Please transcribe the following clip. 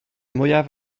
mwyaf